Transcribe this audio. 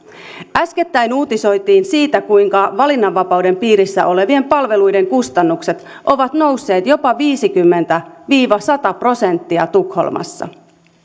äskettäin uutisoitiin siitä kuinka valinnanvapauden piirissä olevien palveluiden kustannukset ovat nousseet jopa viisikymmentä viiva sata prosenttia tukholmassa